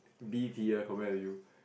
B tier compared to you